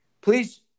please